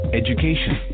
education